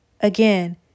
Again